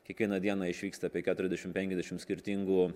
kiekvieną dieną išvyksta apie keturiasdešim penkiasdešim skirtingų